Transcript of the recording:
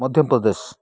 Madhya Pradesh